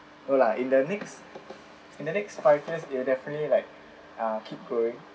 no lah in the next in the next five years they will definitely like uh keep growing